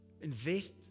Invest